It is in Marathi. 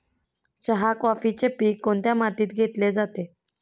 चहा, कॉफीचे पीक कोणत्या मातीत घेतले जाते?